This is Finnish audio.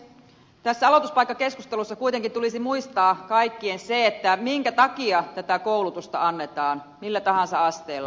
tässä aloituspaikkakeskustelussa kuitenkin tulisi muistaa kaikkien se minkä takia tätä koulutusta annetaan millä tahansa asteella